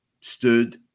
stood